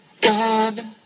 God